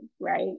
right